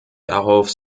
darauf